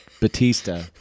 Batista